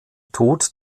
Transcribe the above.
tod